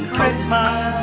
Christmas